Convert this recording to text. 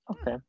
okay